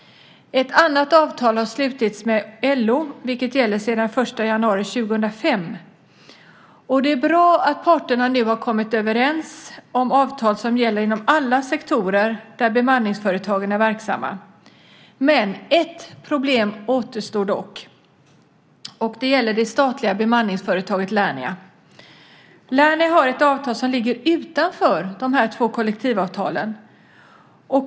Ett annat avtal har slutits med LO, och det gäller sedan den 1 januari 2005. Det är bra att parterna nu har kommit överens om avtal som gäller inom alla sektorer där bemanningsföretagen är verksamma. Men ett problem återstår dock. Det gäller det statliga bemanningsföretaget Lernia. Lernia har ett avtal som ligger utanför dessa två kollektivavtal.